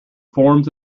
forms